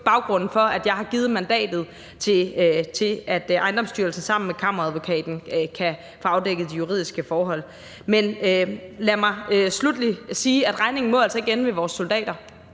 baggrunden for, at jeg har givet mandat til, at Ejendomsstyrelsen sammen med Kammeradvokaten kan få afdækket de juridiske forhold. Men lad mig sluttelig sige, at regningen altså ikke må ende ved vores soldater.